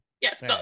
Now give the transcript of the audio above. yes